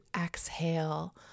exhale